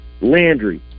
Landry